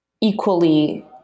equally